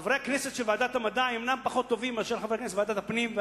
חברי הכנסת של ועדת המדע אינם פחות טובים מחברי הכנסת של ועדת הפנים,